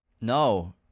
No